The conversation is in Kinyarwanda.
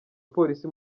polisi